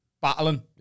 battling